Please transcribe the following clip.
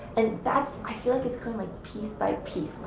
and that's, i feel like it's coming piece by piece.